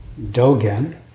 Dogen